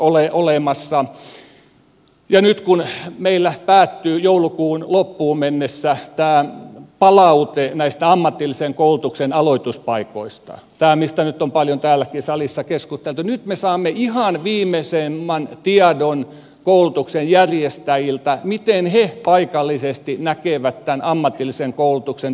nyt kun meillä päättyy joulukuun loppuun mennessä tämä palautteenanto näistä ammatillisen koulutuksen aloituspaikoista mistä nyt on paljon täälläkin salissa keskusteltu niin nyt me saamme ihan viimeisimmän tiedon koulutuksen järjestäjiltä miten he paikallisesti näkevät tämän ammatillisen koulutuksen työvoimatarpeen